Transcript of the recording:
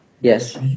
yes